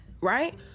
Right